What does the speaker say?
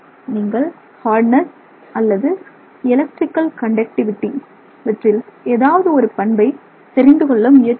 நீங்கள் ஹார்டுனஸ் அல்லது electrical conductivity இவற்றில் ஏதாவது ஒரு பண்பை தெரிந்துகொள்ள முயற்சிக்கிறீர்கள்